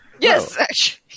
Yes